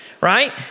right